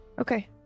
Okay